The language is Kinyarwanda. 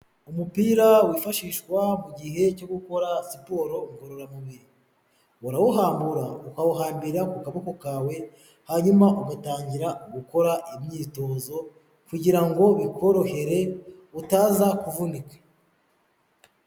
Umupira wifashishwa mu gihe cyo gukora siporo ngororamubiri, urawuhambura ukawuhambira ku kaboko kawe hanyuma ugatangira gukora imyitozo kugira ngo bikorohere utaza kuvunika.